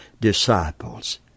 disciples